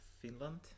Finland